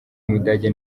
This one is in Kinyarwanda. w’umudage